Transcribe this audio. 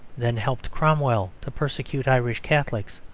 then helped cromwell to persecute irish catholics,